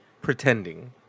pretending